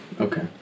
Okay